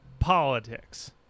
Politics